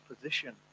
position